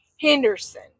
Henderson